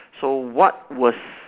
so what was